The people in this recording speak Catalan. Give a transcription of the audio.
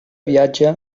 viatge